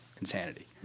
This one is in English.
insanity